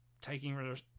taking